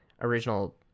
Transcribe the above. original